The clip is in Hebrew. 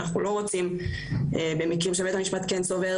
אנחנו לא רוצים במקרים שבית המשפט כן סבור